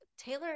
Taylor